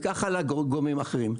וכך הלאה עם גורמים אחרים.